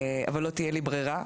אבל לא תהיה לי ברירה,